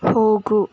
ಹೋಗು